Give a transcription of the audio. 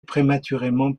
prématurément